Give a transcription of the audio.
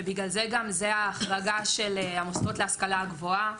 וגם זו ההחרגה של המוסדות להשכלה הגבוהה,